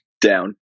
Down